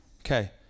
Okay